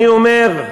אני אומר,